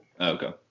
Okay